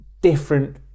different